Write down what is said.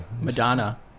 Madonna